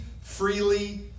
Freely